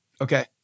Okay